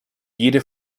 jede